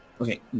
Okay